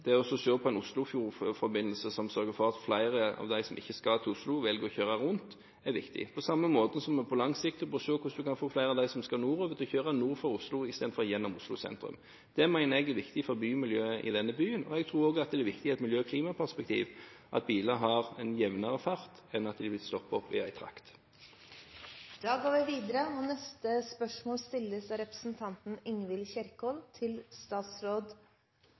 Det å se på en Oslofjord-forbindelse som sørger for at flere av dem som ikke skal til Oslo, velger å kjøre rundt, er viktig. På samme måte bør vi på lang sikt se hvordan vi kan få flere av dem som skal nordover, til å kjøre nord for Oslo i stedet for gjennom Oslo sentrum. Det mener jeg er viktig for miljøet i denne byen. Jeg tror også det er viktig i et miljø- og klimaperspektiv at biler har en jevn fart, at de ikke stopper opp i en trakt. Dette spørsmålet er utsatt til neste spørretime. Dette spørsmålet, fra Ingrid Heggø til næringsministeren, vil bli tatt opp av representanten Ingvild Kjerkol.